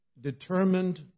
determined